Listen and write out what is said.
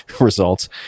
results